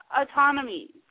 autonomy